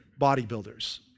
bodybuilders